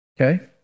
Okay